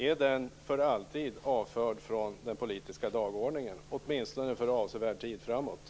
Är den för alltid avförd från den politiska dagordningen, åtminstone för avsevärd tid framöver?